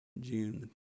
june